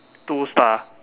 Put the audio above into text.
two star